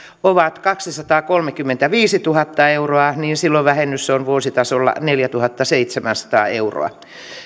ovat kaksisataakolmekymmentäviisituhatta euroa niin silloin vähennys on vuositasolla neljätuhattaseitsemänsataa euroa